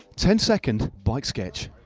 ten second bike sketch.